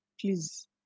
please